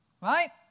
Right